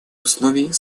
условий